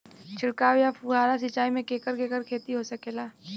छिड़काव या फुहारा सिंचाई से केकर केकर खेती हो सकेला?